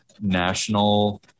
national